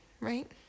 right